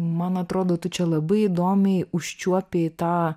man atrodo tu čia labai įdomiai užčiuopei į tą